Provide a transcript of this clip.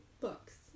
books